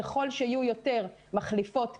ככל שיהיו יותר מחליפות כאלו,